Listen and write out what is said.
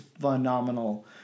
phenomenal